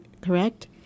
correct